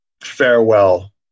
farewell